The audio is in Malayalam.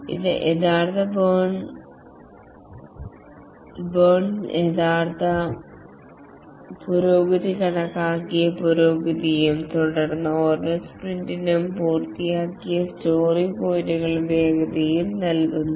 ഇത് യഥാർത്ഥ പൊള്ളൽ യഥാർത്ഥ പുരോഗതി കണക്കാക്കിയ പുരോഗതിയും തുടർന്ന് ഓരോ സ്പ്രിന്റിനും പൂർത്തിയായ സ്റ്റോറി പോയിന്റുകളായ വേഗതയും നൽകുന്നു